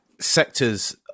sectors